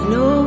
no